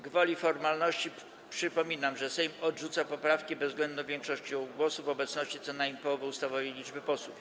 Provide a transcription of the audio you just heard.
Gwoli formalności przypominam, że Sejm odrzuca poprawki Senatu bezwzględną większością głosów w obecności co najmniej połowy ustawowej liczby posłów.